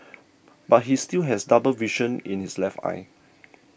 but he still has double vision in his left eye